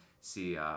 see